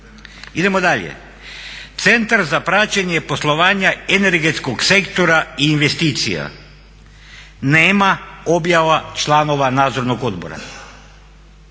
Idemo dalje. Centar za praćenje poslovanja energetskog sektora i investicija. Nema objava članova nadzornog odbora.